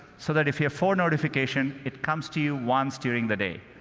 so that if you have four notifications, it comes to you once during the day.